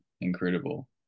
incredible